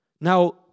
Now